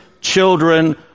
children